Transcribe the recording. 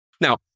Now